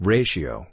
Ratio